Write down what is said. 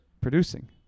producing